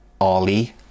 Ali